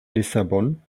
lissabon